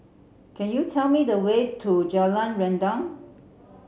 can you tell me the way to Jalan Rendang